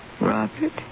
Robert